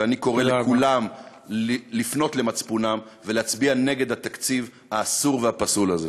ואני קורא לכולם לפנות למצפונם ולהצביע נגד התקציב האסור והפסול הזה.